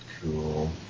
Cool